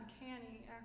uncanny